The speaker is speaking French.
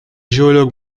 géologues